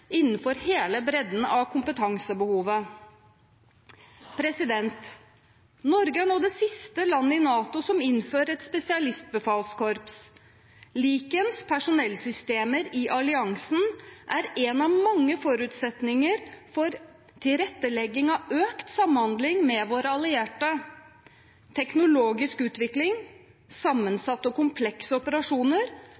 innenfor hele bredden av kompetansebehovet. Norge er nå det siste landet i NATO som innfører et spesialistbefalskorps. Likeens personellsystemer i alliansen er en av mange forutsetninger for tilrettelegging av økt samhandling med våre allierte. Teknologisk utvikling, sammensatte og komplekse operasjoner